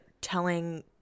telling